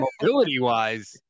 mobility-wise